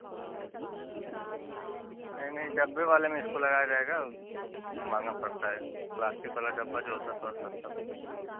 नहीं नहीं डब्बे वाले में इसको लगाया जाएगा माँगा पड़ता है प्लास्टिक वाला डब्बा जो होता थोड़ा सस्ता